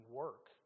work